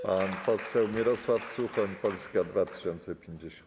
Pan poseł Mirosław Suchoń, Polska 2050.